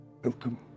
Welcome